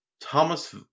Thomas